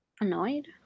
Annoyed